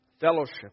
Fellowship